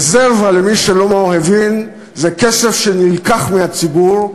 רזרבה, למי שלא הבין, זה כסף שנלקח מהציבור,